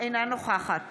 אינה נוכחת